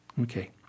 Okay